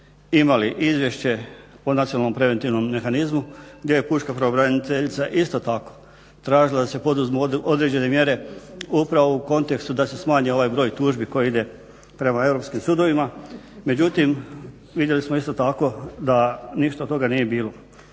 imali izvješće o nacionalnom preventivnom mehanizmu gdje je pučka pravobraniteljica isto tako tražila da se poduzmu određene mjere upravo u kontekstu da se smanji ovaj broj tužbi koji ide prema europskim sudovima, međutim vidjeli smo isto tako da ništa od toga nije bilo.